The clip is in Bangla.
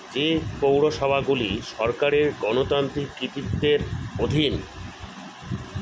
যে পৌরসভাগুলি সরকারের গণতান্ত্রিক কর্তৃত্বের অধীন